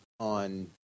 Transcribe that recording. On